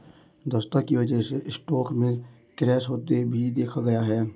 दक्षता की वजह से स्टॉक में क्रैश होते भी देखा गया है